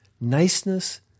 Niceness